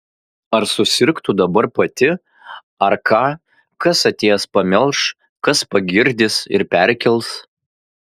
ar susirgtų dabar pati ar ką kas atėjęs pamelš kas pagirdys ir perkels